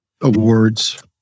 awards